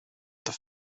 that